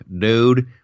Dude